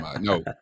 No